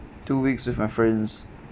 two weeks with my friends